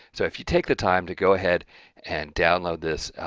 so if you take the time to go ahead and download this,